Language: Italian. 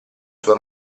sua